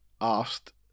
asked